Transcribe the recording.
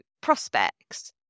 prospects